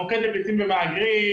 המוקד לפליטים ומהגרים,